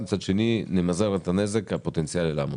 ומצד שני נמזער את הנזק הפוטנציאלי לעמותות.